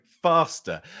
faster